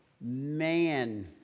Man